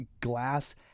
glass-